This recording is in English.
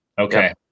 Okay